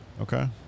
Okay